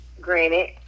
granted